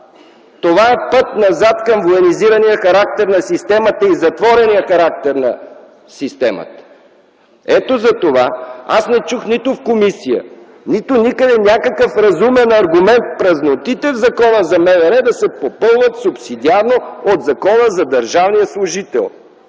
Това е път назад към военизирания характер и затворения характер на системата. Ето за това аз не чух нито в комисията, нито никъде някакъв разумен аргумент, празнотите в Закона за МВР да се попълват субсидиарно от Закона за държавния служител.